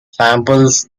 samples